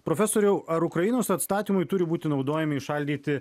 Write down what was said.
profesoriau ar ukrainos atstatymui turi būti naudojami įšaldyti